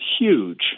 huge